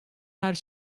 her